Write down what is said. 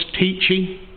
teaching